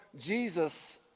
Jesus